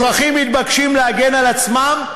אזרחים מתבקשים להגן על עצמם,